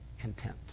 content